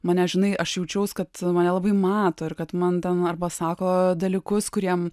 mane žinai aš jaučiaus kad mane labai mato ir kad man ten arba sako dalykus kuriem